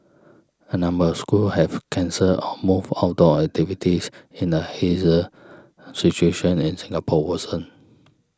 a number of schools have cancelled or moved outdoor activities in the haze situation in Singapore worsens